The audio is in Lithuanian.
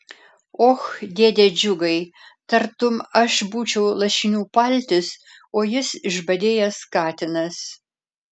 och dėde džiugai tartum aš būčiau lašinių paltis o jis išbadėjęs katinas